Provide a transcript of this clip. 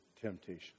temptation